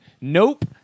Nope